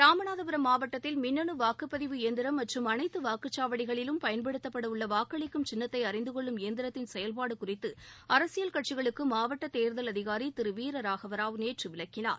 ராமநாதபுரம் மாவட்டத்தில் மின்னு வாக்குப்பதிவு இயந்திரம் மற்றும் அனைத்து வாக்குச்சாவடிகளிலும் பயன்படுத்தப்பட உள்ள வாக்களிக்கும் சின்னத்தை அறிந்துகொள்ளும் இயந்திரத்தின் செயல்பாடு குறித்து அரசியல் கட்சிகளுக்கு மாவட்ட தேர்தல் அதிகாரி திரு வீரராகவ ராவ் நேற்று விளக்கினார்